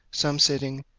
some sitting,